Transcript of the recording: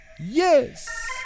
Yes